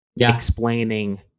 explaining